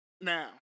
Now